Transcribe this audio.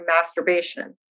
masturbation